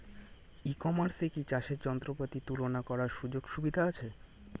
ই কমার্সে কি চাষের যন্ত্রপাতি তুলনা করার সুযোগ সুবিধা আছে?